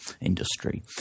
industry